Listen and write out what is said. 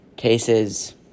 Cases